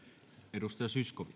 arvoisa